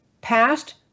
Past